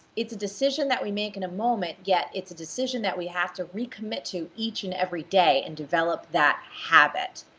it's a decision that we make in a moment, yet it's a decision that we have to recommit to each and every day and develop that habit.